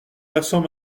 l’accent